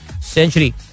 century